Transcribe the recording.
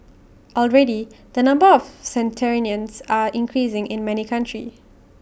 already the number of centenarians are increasing in many countries